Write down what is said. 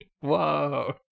Whoa